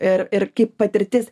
ir ir kaip patirtis